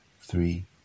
three